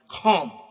Come